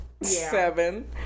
seven